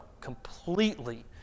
completely